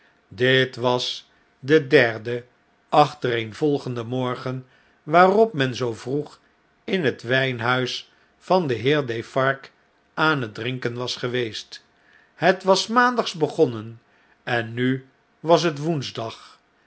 dit was de derde achtereenvolgende morgen waarop men zoo vroeg in het wjjnhuis van den heer defarge aan het drinken was geweest het was s maandags begonnen en nu was het woensdag